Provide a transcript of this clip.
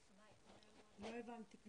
לא הבנתי כלום.